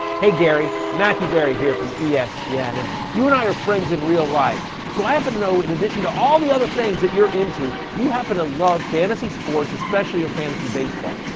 hey gary. matthew berry here from yeah espn, and you and i are friends in real life, so i happen to know, in addition to all the other things that you're into, you happen to love fantasy sports, especially your fantasy baseball.